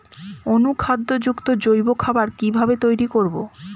অনুখাদ্য যুক্ত জৈব খাবার কিভাবে তৈরি করব?